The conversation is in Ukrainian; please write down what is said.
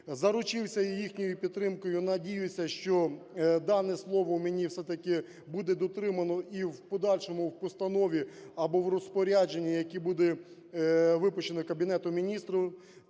заручився і їхньою підтримкою. Надіюся, що дане слово мені все-таки буде дотримано і в подальшому в постанові або в розпорядженні, яке буде випущено Кабінетом Міністрів,